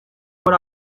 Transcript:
muri